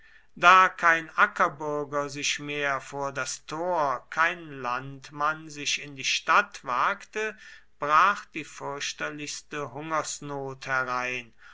da kein ackerbürger sich mehr vor das tor kein landmann sich in die stadt wagte brach die fürchterlichste hungersnot herein